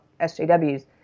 SJWs